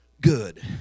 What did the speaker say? good